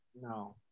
No